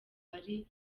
ari